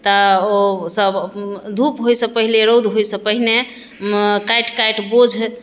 तऽ ओ सभ धूप होइसँ पहिले रौद होइसँ पहिने काटि काटि बोझ